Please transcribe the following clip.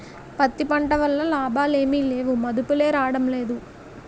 పత్తి పంట వల్ల లాభాలేమి లేవుమదుపులే రాడంలేదు